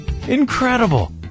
Incredible